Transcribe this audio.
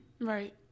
right